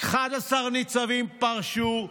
11 ניצבים פרשו.